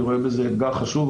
אני רואה בזה אתגר חשוב.